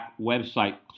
website